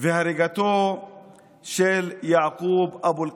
והריגתו של יעקוב אבו אלקיעאן.